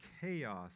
chaos